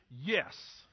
yes